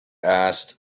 asked